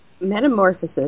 Metamorphosis